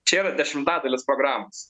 čia yra dešimtadalis programos